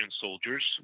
soldiers